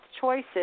choices